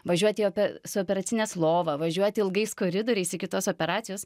važiuoti apie su operacinės lova važiuoti ilgais koridoriais iki tos operacijos